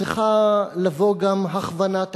צריכה לבוא גם הכוונת הקטרוג,